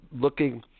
looking